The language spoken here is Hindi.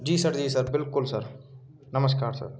जी सर जी सर बिल्कुल सर नमस्कार सर